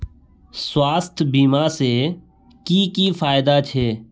स्वास्थ्य बीमा से की की फायदा छे?